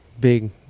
big